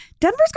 Denver's